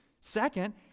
Second